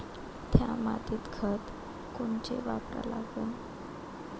थ्या मातीत खतं कोनचे वापरा लागन?